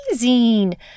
Amazing